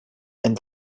and